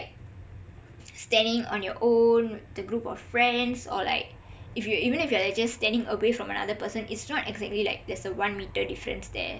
standing on your own with a group of friends or like if you even if you are like standing away from another person it's not exactly like there's a one metre difference there